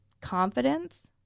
confidence